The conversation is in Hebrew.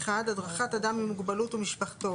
(1)הדרכת אדם עם מוגבלות ומשפחתו,